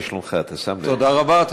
עמיתי חברי הכנסת,